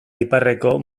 iparreko